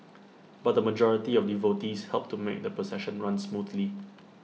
but the majority of devotees helped to made the procession run smoothly